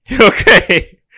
Okay